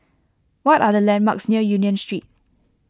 what are the landmarks near Union Street